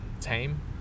tame